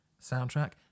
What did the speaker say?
soundtrack